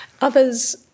Others